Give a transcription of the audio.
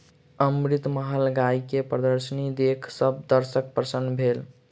अमृतमहल गाय के प्रदर्शनी देख सभ दर्शक प्रसन्न भेल